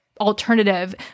alternative